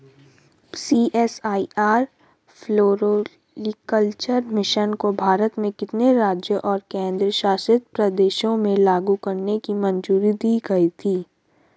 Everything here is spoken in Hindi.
सी.एस.आई.आर फ्लोरीकल्चर मिशन को भारत के कितने राज्यों और केंद्र शासित प्रदेशों में लागू करने की मंजूरी दी गई थी?